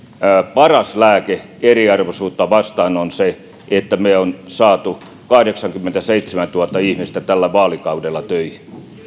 paras lääke eriarvoisuutta vastaan on se että me olemme saaneet kahdeksankymmentäseitsemäntuhatta ihmistä tällä vaalikaudella töihin